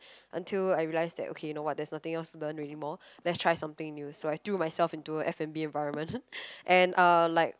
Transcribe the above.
until I realize that okay you know what there's nothing else to learn anymore let's try something new so I threw myself into F-and-B environment and uh like